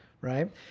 Right